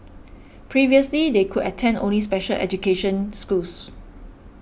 previously they could attend only special education schools